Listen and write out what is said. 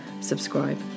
subscribe